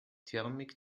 thermik